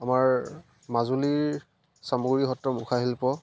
আমাৰ মাজুলীৰ চামগুৰি সত্ৰ মুখাশিল্প